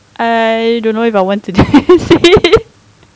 I don't know if I want to say